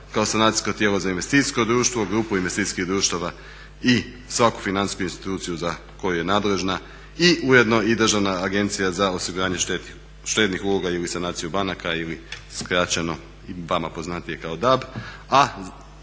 kao sanacijsko tijelo za investicijskog društvo, grupu investicijskih društava i svaku financijsku instituciju za koju je nadležna i ujedno i Državna agencija za osiguranje štednih uloga ili sanaciju banaka ili skraćeno vama poznatije kao DAB